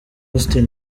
austin